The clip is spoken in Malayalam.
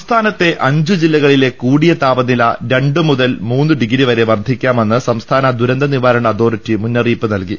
സംസ്ഥാനത്തെ അഞ്ചുജില്ലകളിലെ കൂടിയ താപനില രണ്ടുമുതൽ മൂന്നുഡിഗ്രിവരെ വർദ്ധിക്കാമെന്ന് സംസ്ഥാന ദൂരന്തനിവാരണ അതോ റിട്ടി മുന്നറിയിപ്പ് നൽകി